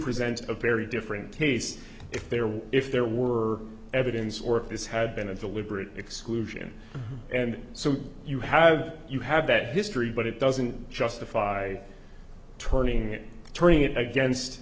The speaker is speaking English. present a very different taste if there were if there were evidence or if this had been a deliberate exclusion and so you have you have that history but it doesn't justify turning turning it against